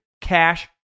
Cash